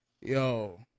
Yo